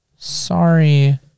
Sorry